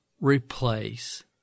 replace